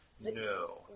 No